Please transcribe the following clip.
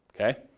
Okay